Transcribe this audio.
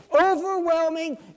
overwhelming